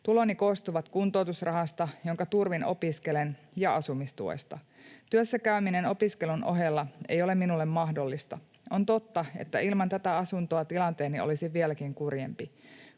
Tuloni koostuvat kuntoutusrahasta, jonka turvin opiskelen, ja asumistuesta. Työssä käyminen opiskelun ohella ei ole minulle mahdollista. On totta, että ilman tätä asuntoa tilanteeni olisi vieläkin kurjempi.